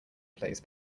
plays